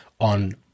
on